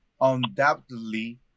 undoubtedly